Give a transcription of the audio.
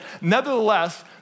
nevertheless